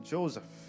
Joseph